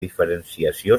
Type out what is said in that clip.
diferenciació